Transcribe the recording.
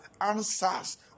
answers